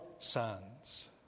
sons